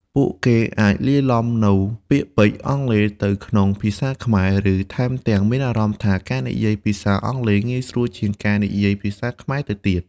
ពួកគេអាចលាយឡំនូវពាក្យពេចន៍អង់គ្លេសទៅក្នុងភាសាខ្មែរ ឬថែមទាំងមានអារម្មណ៍ថាការនិយាយភាសាអង់គ្លេសងាយស្រួលជាងការនិយាយភាសាខ្មែរទៅទៀត។